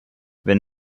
wenn